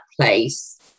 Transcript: place